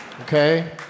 Okay